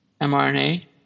mRNA